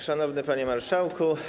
Szanowny Panie Marszałku!